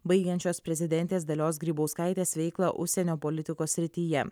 baigiančios prezidentės dalios grybauskaitės veiklą užsienio politikos srityje